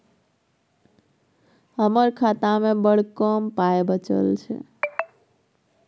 हमर खातामे बड़ कम पाइ बचल छै